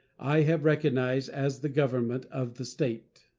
i have recognized as the government of the state.